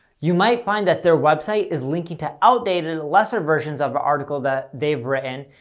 you might find that there website is linking to outdated, lesser versions of a article that they've written.